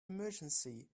emergency